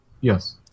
Yes